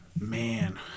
Man